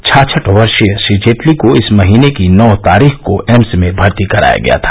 छाछठ वर्षीय श्री जेटली को इस महीने की नौ तारीख को एम्स में भर्ती कराया गया था